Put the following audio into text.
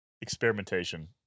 experimentation